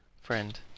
friend